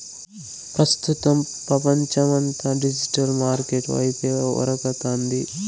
ప్రస్తుతం పపంచమంతా digital market వైపే ఉరకతాంది